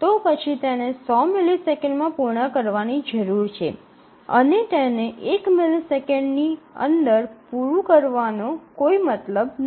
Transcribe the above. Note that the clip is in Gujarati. તો પછી તેને ૧00 મિલિસેકંડ માં પૂર્ણ કરવાની જરૂર છે અને તેને ૧ મિલિસેકન્ડની માં પુરું કરવાનો કોઈ મતલબ નથી